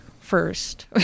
first